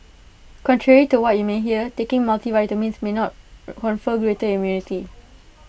contrary to what you may hear taking multivitamins may not confer greater immunity